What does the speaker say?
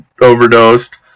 overdosed